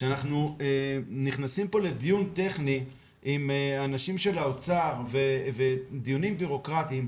שאנחנו נכנסים פה לדיון טכני עם אנשים של האוצר ודיונים ביורוקרטיים.